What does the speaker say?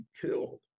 killed